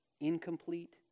Incomplete